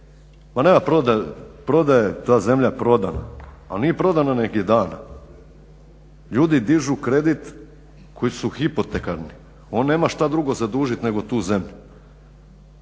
Pa nema prodaje, ta zemlja je prodaja ali nije prodana nego je dana. Ljudi dižu kredite koji su hipotekarni, on nema što drugo zadužiti nego tu zemlju.